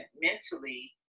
mentally